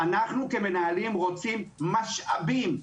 אנחנו כמנהלים רוצים משאבים,